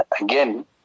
Again